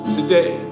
today